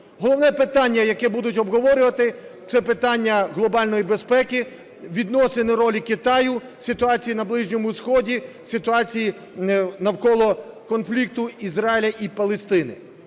Головне питання, яке будуть обговорювати, це питання глобальної безпеки, відносини ролі Китаю, ситуації на Ближньому Сході, ситуації навколо конфлікту Ізраїлю і Палестини.